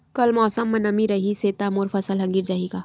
कल मौसम म नमी रहिस हे त मोर फसल ह गिर जाही का?